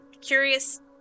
curious